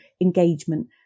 engagement